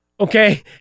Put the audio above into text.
Okay